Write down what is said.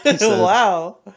Wow